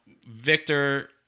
victor